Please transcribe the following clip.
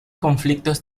conflictos